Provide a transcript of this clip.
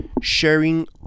sharing